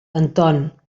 anton